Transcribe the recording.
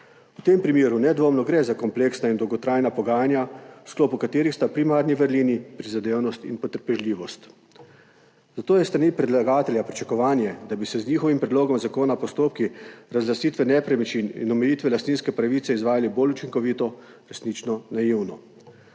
V tem primeru nedvomno gre za kompleksna in dolgotrajna pogajanja, v sklopu katerih sta primarni vrlini prizadevnost in potrpežljivost. Zato je s strani predlagatelja pričakovanje, da bi se z njihovim predlogom zakona postopki razlastitve nepremičnin in omejitve lastninske pravice izvajali bolj učinkovito resnično naivno.